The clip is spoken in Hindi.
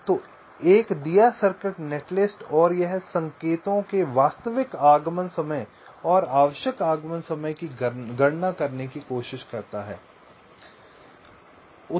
तो एक दिया सर्किट नेटलिस्ट और यह संकेतों के वास्तविक आगमन समय और आवश्यक आगमन समय की गणना करने की कोशिश करता है हम बाद में इसके बारे में विस्तार से जाने वाले हैं